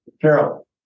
Carol